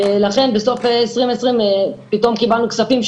ולכן בסוף 2020 פתאום קיבלנו כספים,